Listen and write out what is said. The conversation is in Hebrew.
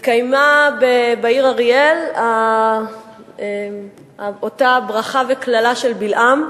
התקיימה בעיר אריאל אותה ברכה וקללה של בלעם,